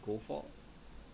go for